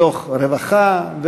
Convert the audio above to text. מתוך רווחה,